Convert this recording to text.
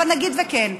אבל נגיד שכן,